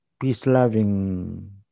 peace-loving